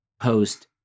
post